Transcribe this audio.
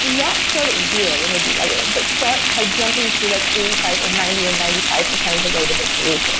not start at zero when you're debugging, but start by jumping to like eighty five, or ninety, or ninety five percent of the way to the solution.